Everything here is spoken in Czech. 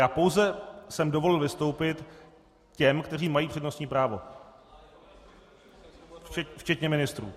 Já pouze jsem dovolil vystoupit těm, kteří mají přednostní právo, včetně ministrů.